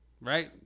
Right